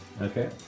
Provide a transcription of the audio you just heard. Okay